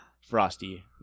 frosty